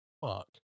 fuck